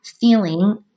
feeling